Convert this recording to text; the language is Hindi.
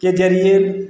के जरिए